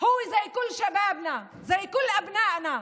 הוא כמו כל הנערים שלנו, כמו כל הבנים שלנו,